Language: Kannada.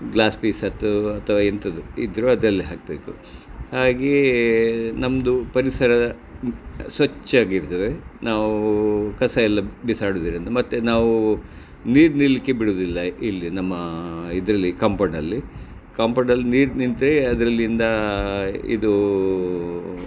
ಗ್ಲಾಸ್ ಪೀಸದ್ದು ಅಥವಾ ಎಂಥದ್ದು ಇದ್ದರು ಅದರಲ್ಲಿ ಹಾಕಬೇಕು ಹಾಗೆ ನಮ್ದು ಪರಿಸರ ಮು ಸ್ವಚ್ಛವಾಗಿರ್ತದೆ ನಾವು ಕಸಯೆಲ್ಲ ಬಿಸಾಡುವುದಿಲ್ಲ ಮತ್ತೆ ನಾವು ನೀರು ನಿಲ್ಲಲಿಕ್ಕೆ ಬಿಡುವುದಿಲ್ಲ ಇಲ್ಲಿ ನಮ್ಮ ಇದರಲ್ಲಿ ಕಾಂಪೌಂಡಲ್ಲಿ ಕಾಂಪೌಂಡಲ್ಲಿ ನೀರು ನಿಂತರೆ ಅದರಿಂದ ಇದು